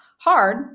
hard